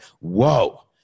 whoa